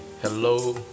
hello